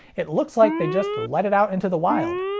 it looks like they just let it out into the wild.